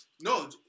no